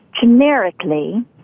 Generically